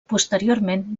posteriorment